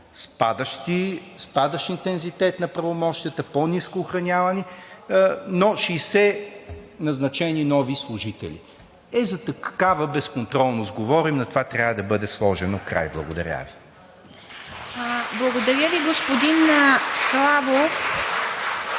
Спадащ интензитет на правомощията, по-ниско охранявани, но 60 назначени нови служители! Ето за такава безконтролност говорим, на това трябва да бъде сложен край. Благодаря Ви. ПРЕДСЕДАТЕЛ ИВА МИТЕВА: Благодаря Ви, господин Славов.